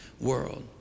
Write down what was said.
world